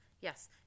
Yes